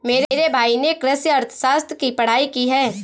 मेरे भाई ने कृषि अर्थशास्त्र की पढ़ाई की है